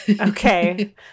Okay